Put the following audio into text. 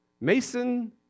Mason